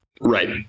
Right